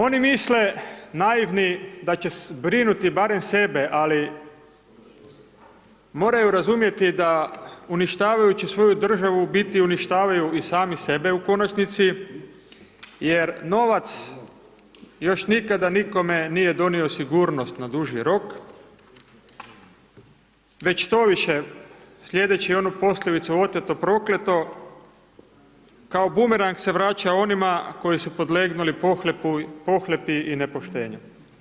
Oni misle naivni da će zbrinuti barem sebe, ali moraju razumjeti da uništavajući svoju državu u biti uništavaju i sami sebe u konačnici, jer novac još nikada nikome nije donio sigurnost na duži rok, već štoviše sljedeći onu poslovicu Oteto, prokleto, kao bumerang se vraća onima koji su podlegnuli pohlepi i nepoštenju.